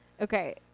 okay